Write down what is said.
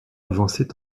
avançait